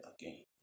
again